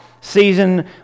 season